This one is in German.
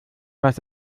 was